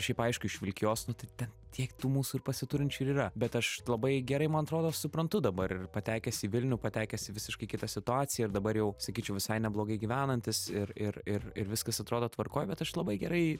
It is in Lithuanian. šiaip aišku iš vilkijos nu tai ten tiek tų mūsų ir pasiturinčių ir yra bet aš labai gerai man atrodo suprantu dabar ir patekęs į vilnių patekęs į visiškai kitą situaciją ir dabar jau sakyčiau visai neblogai gyvenantis ir ir ir ir viskas atrodo tvarkoj bet aš labai gerai